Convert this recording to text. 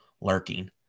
lurking